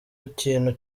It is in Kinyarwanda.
kintu